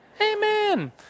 Amen